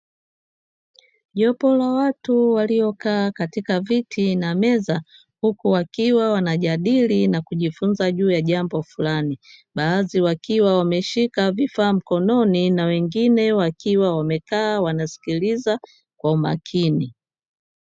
Jopo la watu waliokaa katika viti na meza, huku wakiwa wanajadili na kujifunza juu ya jambo fulani. Baadhi wakiwa wameshika vifaa mkononi na wengine wakiwa wamekaa wanasikiliza kwa makini.